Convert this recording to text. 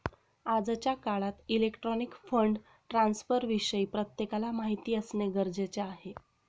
आजच्या काळात electronic fund ट्रान्स्फरविषयी प्रत्येकाला माहिती असणे गरजेचे आहे